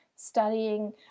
studying